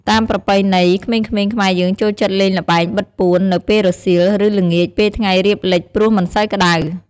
តាមប្រពៃណី ក្មេងៗខ្មែរយើងចូលចិត្តលេងល្បែងបិទពួន នៅពេលរសៀល ឬ ល្ងាចពេលថ្ងៃរៀបលិចព្រោះមិនសូវក្ដៅ។